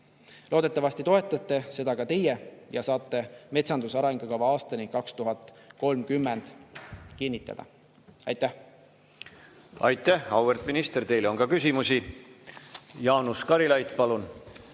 Loodetavasti toetate seda ka teie ja saate "Metsanduse arengukava aastani 2030" kinnitada. Aitäh! Aitäh, auväärt minister! Teile on ka küsimusi. Jaanus Karilaid, palun!